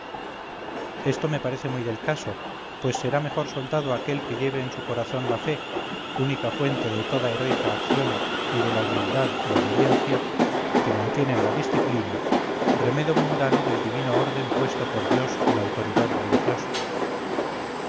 esto me parece muy del caso pues será mejor soldado aquel que lleve en su corazón la fe única fuente de toda heroica acción y de la humildad y obediencia que mantienen la disciplina remedo mundano del divino orden puesto por dios a la autoridad religiosa